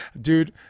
dude